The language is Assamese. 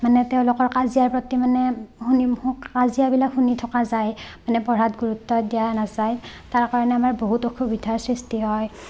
মানে তেওঁলোকৰ কাজিয়াৰ প্ৰতি মানে কাজিয়াবিলাক শুনি থকা যায় মানে পঢ়াত গুৰুত্ব দিয়া নাযায় তাৰ কাৰণে আমাৰ বহুতো অসুবিধাৰ সৃষ্টি হয়